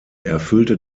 erfüllte